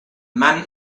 man